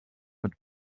mit